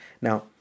Now